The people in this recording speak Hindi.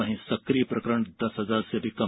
वहीं सक्रिय प्रकरण दस हजार से भी कम